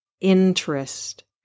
interest